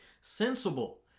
Sensible